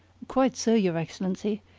quite so, your excellency.